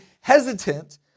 hesitant